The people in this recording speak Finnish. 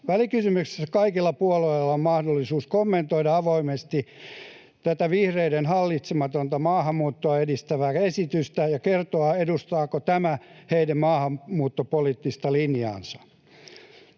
Välikysymyksessä kaikilla puolueilla on mahdollisuus kommentoida avoimesti tätä vihreiden hallitsematonta maahanmuuttoa edistävää esitystä ja kertoa, edustaako tämä heidän maahanmuuttopoliittista linjaansa.